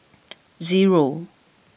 zero